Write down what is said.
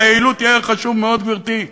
והיעילות היא ערך חשוב מאוד, גברתי,